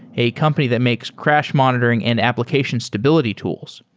a company that makes crash monitoring and application stability tools.